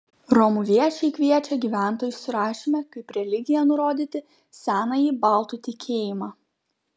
romuviečiai kviečia gyventojų surašyme kaip religiją nurodyti senąjį baltų tikėjimą